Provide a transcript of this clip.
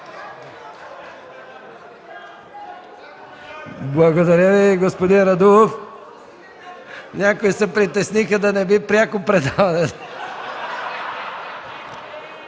Благодаря Ви, господин Радулов. Някои се притесниха да не би пряко